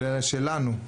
שלנו,